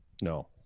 No